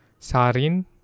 Sarin